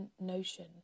notion